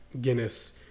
Guinness